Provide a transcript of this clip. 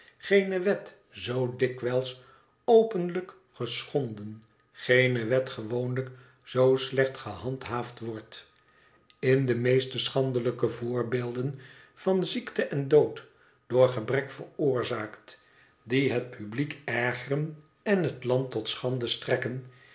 geene wet zoo dikwijls openlijk geschonden geene wet gewoonlijk zoo slecht gehandhaafd wordt in de meeste schandelijke voorbeelden van ziekte en dood door gebrek veroorzaakt die het publiek ergeren en het land tot schande strekken